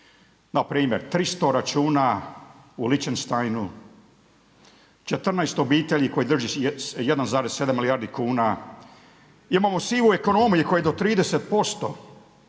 npr. 300 računa u Lihtenštajnu, 14 obitelji koji drži 1,7 milijardi kuna, imamo sivu ekonomiju koja je do 30%.